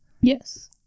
Yes